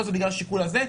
לא זה בגלל השיקול הזה,